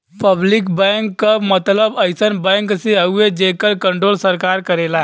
public bank क मतलब अइसन बैंक से हउवे जेकर कण्ट्रोल सरकार करेला